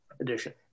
edition